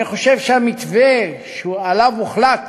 אני חושב שהמתווה שעליו הוחלט